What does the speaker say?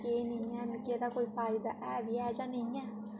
केह् नेईं ऐ मिगी एह्दा कोई फायदा ऐ बी ऐ जां नेईं